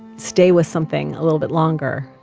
stay with something a little bit longer,